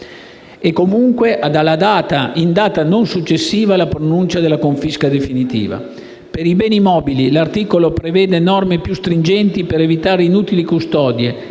e, comunque, in data non successiva alla pronuncia della confisca definitiva. Per i beni mobili l'articolo prevede norme più stringenti per evitare inutili custodie,